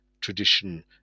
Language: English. tradition